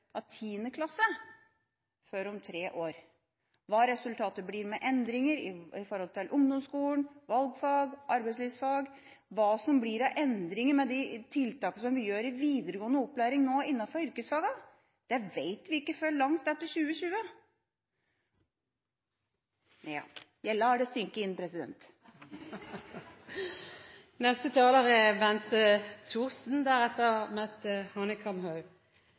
om tre år. Hva resultatet blir av endringer når det gjelder ungdomsskolen, valgfag, arbeidslivsfag – hva som blir av endringer med de tiltakene som vi gjør i videregående opplæring nå innenfor yrkesfagene – vet vi ikke før langt etter 2020. President, jeg lar det synke inn. Jeg registrerer at både representanten Aasen og kunnskapsministeren holder fram at karaktersetting ikke er